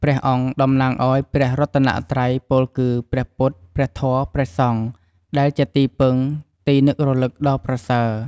ព្រះអង្គតំណាងឲ្យព្រះរតនត្រ័យ ពោលគឺ ព្រះពុទ្ធ ព្រះធម៌ ព្រះសង្ឃ ដែលជាទីពឹងទីរលឹកដ៏ប្រសើរ។